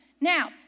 Now